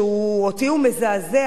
שאותי הוא מזעזע,